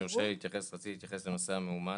רציתי להתייחס לנושא המאומת.